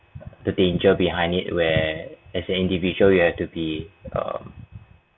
the danger behind it where as an individual you have to be um